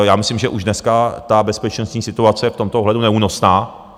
Já myslím, že už dneska ta bezpečnostní situace je v tomto ohledu neúnosná.